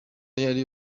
yari